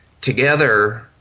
together